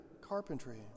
carpentry